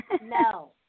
No